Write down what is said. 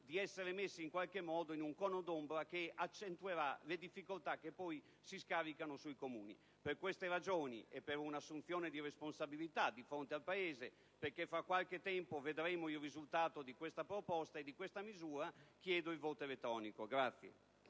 di essere messi in un cono d'ombra che accentuerà le difficoltà che poi andranno a scaricarsi sui Comuni. Per tali ragioni e per un'assunzione di responsabilità di fronte al Paese, perché fra qualche tempo vedremo il risultato di questa proposta e di tale misura, chiedo la votazione mediante